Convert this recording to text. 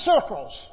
circles